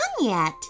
yet